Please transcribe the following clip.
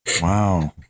Wow